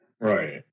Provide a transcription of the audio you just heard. right